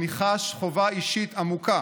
אני חש חובה אישית עמוקה